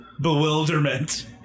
bewilderment